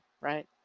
right